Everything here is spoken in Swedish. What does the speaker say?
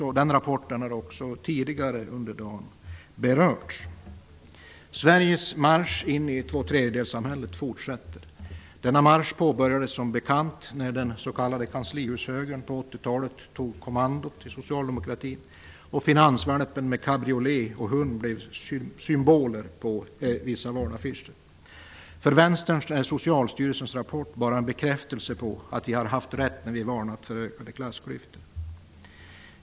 Den rapporten har också tidigare under dagen berörts. Sveriges marsch in i tvåtredjedelssamhället fortsätter. Denna marsch påbörjades som bekant när den s.k. kanslihushögern på 80-talet tog kommandot i socialdemokratin och finansvalpen med cabriolet och hund blev symboler på vissa valaffischer. För Vänstern är Socialstyrelsens rapport bara en bekräftelse på att vi har haft rätt när vi har varnat för ökade klassklyftor.